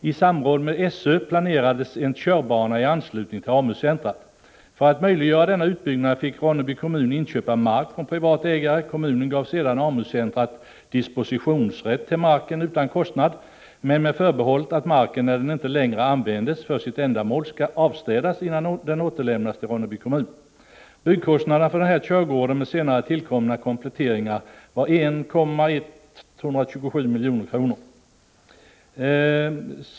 I samråd med SÖ planerades en körbana i anslutning till AMU-centret. För att möjliggöra denna utbyggnad fick Ronneby kommun inköpa mark från privata ägare. Kommunen gav sedan AMU-centret dispositionsrätt till marken utan kostnad men med det förbehållet att marken, när den inte längre användes för sitt ändamål, skulle ”avstädas” innan den återlämnades till Ronneby kommun.